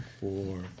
four